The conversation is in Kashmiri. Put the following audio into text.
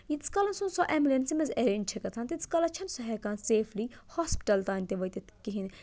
ییٖتِس کالَس نہٕ سۄ اٮ۪مُلٮ۪نسہِ منٛز اٮ۪رینٛج چھِ گژھان تیٖتِس کالَس چھَنہٕ سۄ ہٮ۪کان سیفلی ہاسپِٹَل تام تہِ وٲتِتھ کِہیٖنۍ